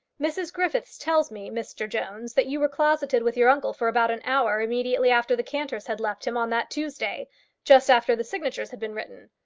mrs griffith tells me, mr jones, that you were closeted with your uncle for about an hour immediately after the cantors had left him on that tuesday just after the signatures had been written.